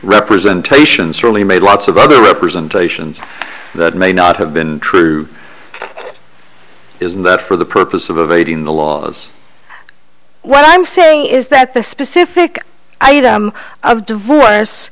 representation certainly made lots of other representations that may not have been true is that for the purpose of evading the laws what i'm saying is that the specific item of d